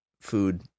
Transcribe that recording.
food